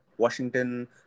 Washington